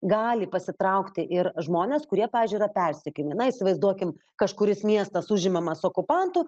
gali pasitraukti ir žmonės kurie pavyzdžiui yra persekiojami na įsivaizduokim kažkuris miestas užimamas okupantų